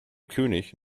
könig